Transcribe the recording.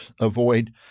avoid